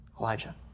Elijah